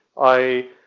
i,